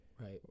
Right